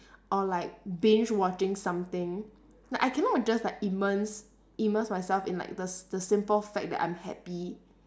or like binge watching something like I cannot just like immerse immerse myself in like the the simple fact that I'm happy